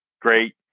Great